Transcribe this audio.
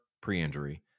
pre-injury